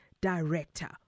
Director